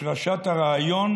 השרשת הרעיון